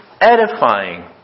edifying